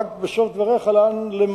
רק בסוף דבריך, לאן?